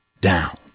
down